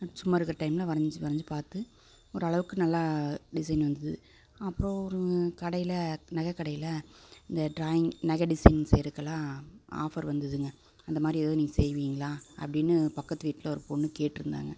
சும்மா இருக்கிற டைமில் வரஞ்சு வரஞ்சு பார்த்து ஒரளவுக்கு நல்லா டிசைன் வந்தது அப்புறோம் ஒரு கடையில் நகைக்கடையில இந்த ட்ராயிங் நகை டிசைன்ஸு இதுக்கெல்லாம் ஆஃபர் வந்ததுங்க அந்தமாதிரி எதுவும் நீங்கள் செய்வீங்களா அப்படின்னு பக்கத்து வீட்டில் ஒரு பொண்ணு கேட்டிருந்தாங்க